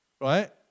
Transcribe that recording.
right